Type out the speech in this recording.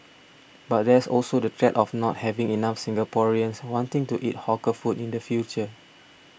but there's also the threat of not having enough Singaporeans wanting to eat hawker food in the future